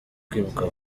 kwimuka